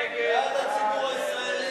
בעד הציבור הישראלי.